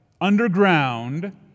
underground